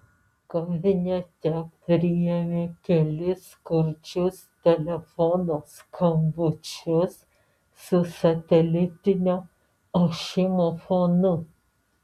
kabinete priėmė kelis kurčius telefono skambučius su satelitinio ošimo fonu